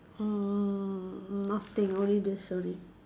uh nothing only this only